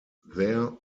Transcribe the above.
their